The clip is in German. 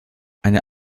eine